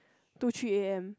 two three A_M